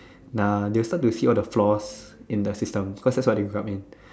nah they will start to see all the flaws in the system cause that's what they come in